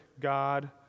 God